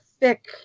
thick